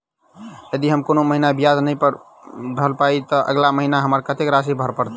यदि हम कोनो महीना ब्याज नहि भर पेलीअइ, तऽ अगिला महीना हमरा कत्तेक राशि भर पड़तय?